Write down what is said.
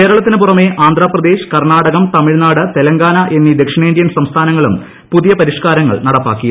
കേരളത്തിന് പുറമേ ആന്ധ്രാപ്രദേശ് കർണാടകം തമിഴ്നാട് തെലങ്കാന എന്നീ ദക്ഷിണേന്ത്യൻ സംസ്ഥാനങ്ങളും പുതിയ പരിഷ്കാരങ്ങൾ നടപ്പാക്കിയിരുന്നു